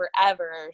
forever